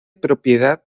propiedad